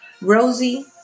Rosie